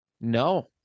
No